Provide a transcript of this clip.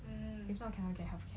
if not cannot get healthcare